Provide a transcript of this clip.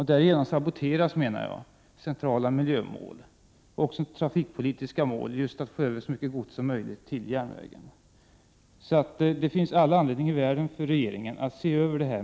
Därigenom saboteras, menar jag, centrala miljömål och trafikpolitiska mål, nämligen att föra över så mycket gods som möjligt till järnvägen. Det finns därför all anledning för regeringen att se över det här.